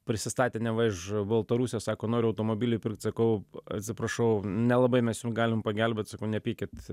prisistatė neva iš baltarusijos sako noriu automobilį pirkt sakau atsiprašau nelabai mes jum galim pagelbėt sakau nepykit